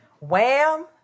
wham